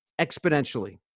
exponentially